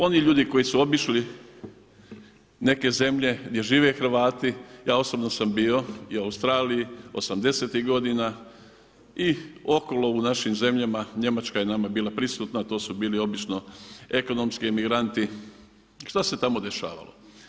Oni ljudi koji su obišli neke zemlje, gdje žive Hrvati, ja osobno sam bio i u Australiji '80ih godina i okolo u našim zemljama, Njemačka je nama bila prisutna, to su bili obično ekonomski migranti, šta se tamo dešavalo?